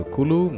Kulu